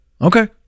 okay